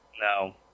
No